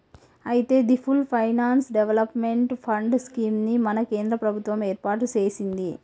అయితే the full finance development fund scheme ని మన కేంద్ర ప్రభుత్వం ఏర్పాటు సెసింది